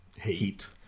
Heat